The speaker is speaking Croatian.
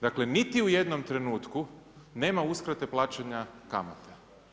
Dakle, niti u jednom trenutku nema uskrate plaćanja kamate.